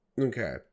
Okay